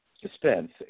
suspense